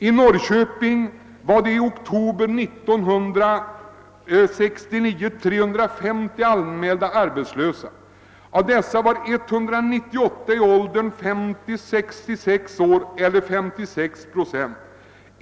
I oktober 1969 var i Norrköping 350 anmälda som arbetslösa, och av dessa var 198, eller 56 procent, i åldern 50—66 år.